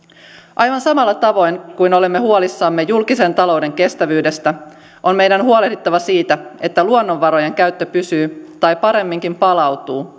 aivan samalla tavoin kuin olemme huolissamme julkisen talouden kestävyydestä on meidän huolehdittava siitä että luonnonvarojen käyttö pysyy luonnon kantokyvyn rajoissa tai paremminkin palautuu